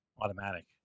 automatic